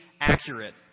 accurate